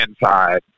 inside